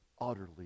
utterly